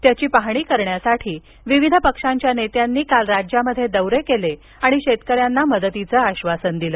त्याची पाहणी करण्यासाठी विविध पक्षांच्या नेत्यांनी काल राज्यात दौरे केले आणि शेतकऱ्यांना मदतीच आश्वासन दिलं